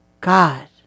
God